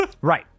Right